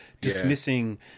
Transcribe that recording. dismissing